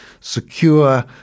secure